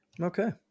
Okay